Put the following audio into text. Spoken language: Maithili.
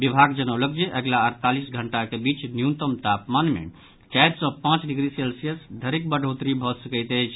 विभाग जनौलक जे अगिला अड़तालीस घंटाक बीच न्यूनतम तापमान मे चारि सॅ पांच डिग्री सेल्सियस धरिक बढ़ोतरी भऽ सकैत अछि